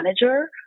manager